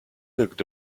looked